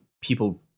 people